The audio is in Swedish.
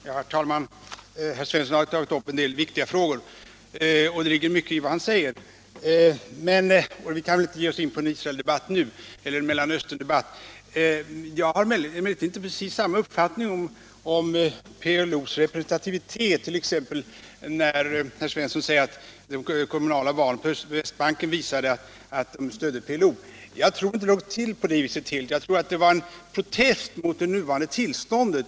Herr talman! Herr Svensson i Kungälv har tagit upp en del viktiga frågor — och det ligger mycket i vad han säger — men vi kan väl inte nu ge oss in i en Israeleller Mellanösterndebatt. Jag har emellertid inte precis samma uppfattning om PLO:s representativitet i det fall som herr Svensson nämnde. Han sade att de kommunala valen på västbanken visade att man där stödde PLO. Jag tror inte att det låg till på det viset. Jag tolkar i stället valresultatet som en protest mot det nuvarande tillståndet.